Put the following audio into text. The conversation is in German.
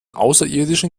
außerirdischen